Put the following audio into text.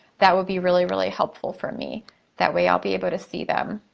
that would be really, really, helpful for me. that way i'll be able to see them.